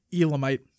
elamite